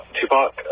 Tupac